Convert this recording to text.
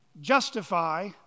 justify